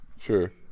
Sure